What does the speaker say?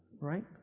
right